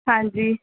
ਹਾਂਜੀ